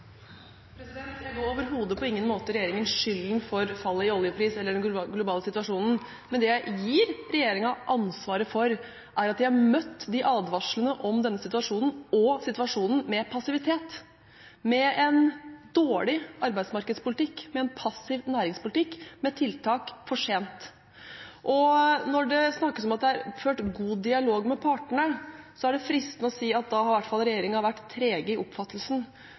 replikkordskifte. Jeg ga på ingen måte regjeringen skylden for fallet i oljepris eller den globale situasjonen – overhodet ikke – det jeg gir regjeringen ansvaret for, er at de har møtt advarslene om denne situasjonen og situasjonen med passivitet, med en dårlig arbeidsmarkedspolitikk, med en passiv næringspolitikk, med tiltak for sent. Når det snakkes om at det er ført en god dialog med partene, er det fristende å si at da har i hvert fall regjeringen vært treg i oppfattelsen,